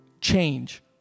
change